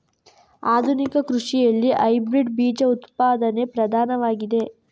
ಆಧುನಿಕ ಕೃಷಿಯಲ್ಲಿ ಹೈಬ್ರಿಡ್ ಬೀಜ ಉತ್ಪಾದನೆ ಪ್ರಧಾನವಾಗಿದೆ